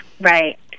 Right